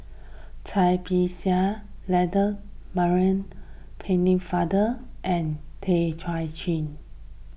Cai Bixia Land Maurice Pennefather and Tay Kay Chin